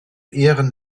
ehren